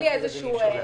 (היו"ר משה גפני, 11:05)